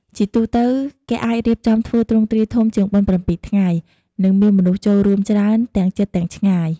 ជាទូទៅ គេអាចរៀបចំធ្វើ ទ្រង់ទ្រាយធំជាងបុណ្យប្រាំពីរថ្ងៃ និងមានមនុស្សចូលរួមច្រើនទាំងជិតទាំងឆ្ងាយ។